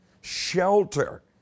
shelter